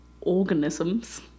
organisms